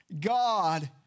God